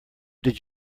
did